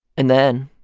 and then,